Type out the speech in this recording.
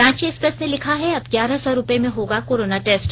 Ranchi Express ने लिखा है अब ग्यारह सौ रूपये में होगा कोरोना टेस्ट